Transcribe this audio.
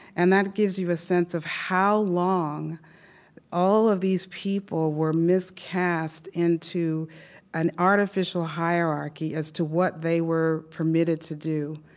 and that gives you a sense of how long all of these people were miscast into an artificial hierarchy as to what they were permitted to do,